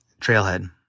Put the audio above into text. trailhead